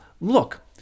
Look